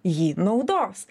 jį naudos